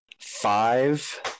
five